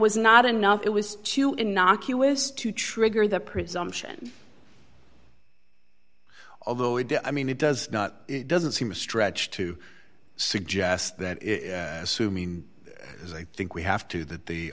was not enough it was too innocuous to trigger the presumption although it did i mean it does not it doesn't seem a stretch to suggest that assuming as i think we have to that the